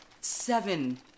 seven